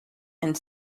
and